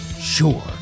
Sure